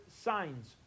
signs